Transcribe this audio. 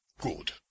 good